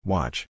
Watch